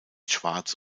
schwarz